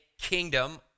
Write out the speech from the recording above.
kingdom